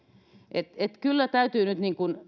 kyllä täytyy nyt